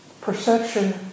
perception